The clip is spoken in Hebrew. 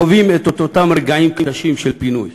חווים את אותם רגעים קשים של פינוי,